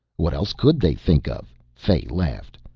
what else could they think of? fay laughed.